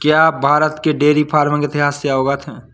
क्या आप भारत के डेयरी फार्मिंग इतिहास से अवगत हैं?